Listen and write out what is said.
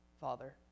Father